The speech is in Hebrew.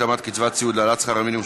התאמת קצבת הסיעוד להעלאת שכר המינימום),